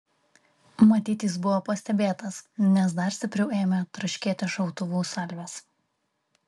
matyt jis buvo pastebėtas nes dar stipriau ėmė traškėti šautuvų salvės